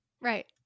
Right